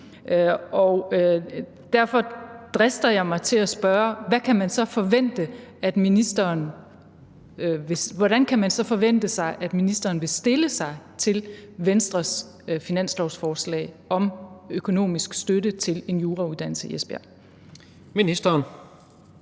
derfor drister jeg mig til at spørge, hvordan man så kan forvente at ministeren vil stille sig til Venstres finanslovsforslag om økonomisk støtte til en jurauddannelse i Esbjerg. Kl.